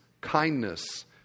kindness